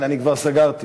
אתה רוצה ועדה?